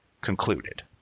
concluded